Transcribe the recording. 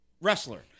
wrestler